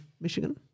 Michigan